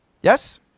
Yes